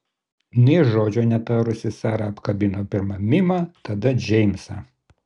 nė žodžio netarusi sara apkabino pirma mimą tada džeimsą